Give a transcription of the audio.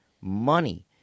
money